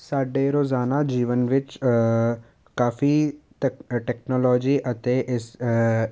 ਸਾਡੇ ਰੋਜ਼ਾਨਾ ਜੀਵਨ ਵਿੱਚ ਕਾਫ਼ੀ ਤੈਕ ਟੈਕਨੋਲੋਜੀ ਅਤੇ ਇਸ